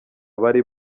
bari